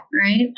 right